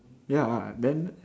ya ah then